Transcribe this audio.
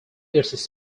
its